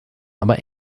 aber